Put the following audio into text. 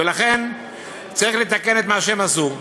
ולכן צריך לתקן את מה שהם עשו.